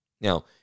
Now